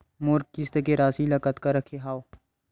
मोर किस्त के राशि ल कतका रखे हाव?